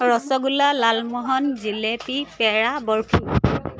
rasgulla lalmohan jalebi pera barfi